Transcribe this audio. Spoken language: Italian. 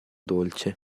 dolce